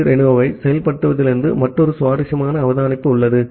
B ரெனோவை செயல்படுத்துவதிலிருந்து மற்றொரு சுவாரஸ்யமான அவதானிப்பு உள்ளது